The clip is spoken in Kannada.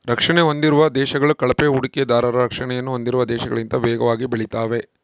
ರಕ್ಷಣೆ ಹೊಂದಿರುವ ದೇಶಗಳು ಕಳಪೆ ಹೂಡಿಕೆದಾರರ ರಕ್ಷಣೆಯನ್ನು ಹೊಂದಿರುವ ದೇಶಗಳಿಗಿಂತ ವೇಗವಾಗಿ ಬೆಳೆತಾವೆ